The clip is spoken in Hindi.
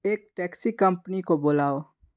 एक टैक्सी कंपनी को बुलाओ